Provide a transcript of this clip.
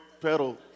pedal